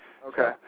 Okay